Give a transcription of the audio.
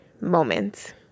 moments